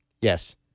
Yes